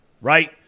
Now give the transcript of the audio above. Right